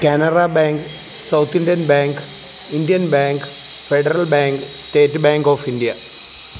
Canara bank south Indian bank Indian bank federal bank state bank of India